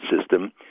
system